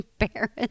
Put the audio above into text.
embarrassed